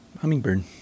Hummingbird